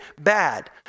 bad